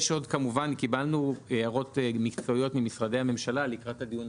קיבלנו הערות מקצועיות ממשרדי הממשלה ולקראת הדיון